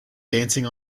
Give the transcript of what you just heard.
dancing